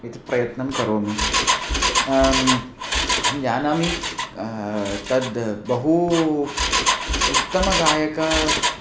इति प्रयत्नं करोमि अहं जानामि तद् बहु उत्तमगायकः